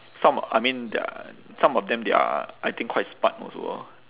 some I mean there are some of them they are I think quite smart also orh